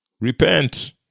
Repent